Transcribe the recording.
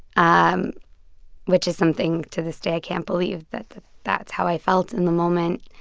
um which is something to this day, i can't believe that that's how i felt in the moment.